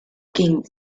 king